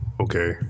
Okay